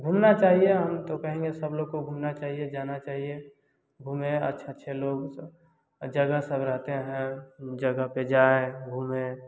घूमना चाहिए हम तो कहेंगे कि सब लोग को घूमना चाहिए जाना चाहिए घूमने अच्छे अच्छे लोग जगह सब रहते जगह पर जाए घूमें